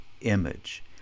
image